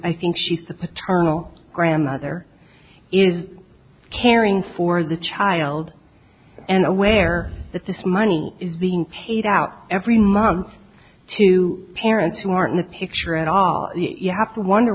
i think she's the paternal grandmother is caring for the child and aware that this money is being paid out every month to parents who aren't in the picture at all you have to wonder